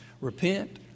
Repent